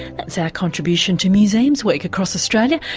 that's our contribution to museums week across australia.